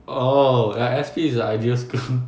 orh ya S_P is a ideal school